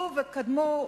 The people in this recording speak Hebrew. קודמי